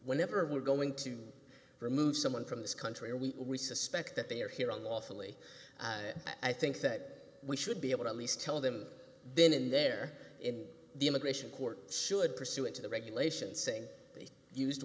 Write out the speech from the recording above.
whenever we're going to remove someone from this country we respect that they are here on lawfully i think that we should be able to at least tell them been in there in the immigration court should pursuant to the regulations saying they use